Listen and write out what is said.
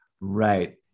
Right